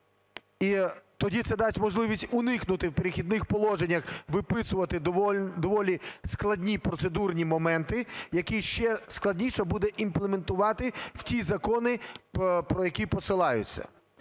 І тоді це дасть можливість уникнути в "Перехідних положеннях" виписувати доволі складні процедурні моменти, які ще складніше буде імплементувати в ті закони, про які посилаються.